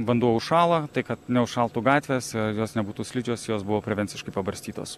vanduo užšąla tai kad neužšaltų gatvės ir jos nebūtų slidžios jos buvo prevenciškai pabarstytos